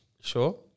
sure